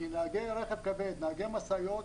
כי נהגי רכב כבד, נהגי משאיות,